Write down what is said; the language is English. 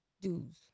dudes